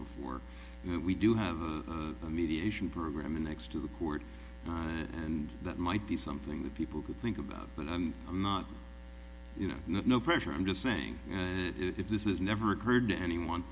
before we do have a mediation program in next to the court and that might be something that people could think about but i'm not you know no pressure i'm just saying and if this is never occurred to anyone